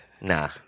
Nah